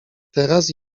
teraz